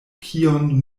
kion